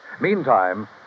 Meantime